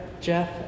Jeff